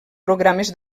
programes